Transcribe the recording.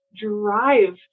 drive